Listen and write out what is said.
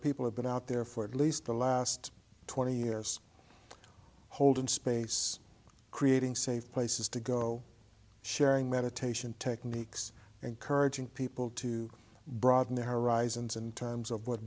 people who've been out there for at least the last twenty years holden space creating safe places to go sharing meditation techniques encouraging people to broaden their horizons in terms of what